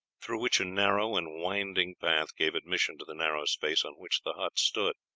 through which a narrow and winding path gave admission to the narrow space on which the hut stood.